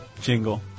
jingle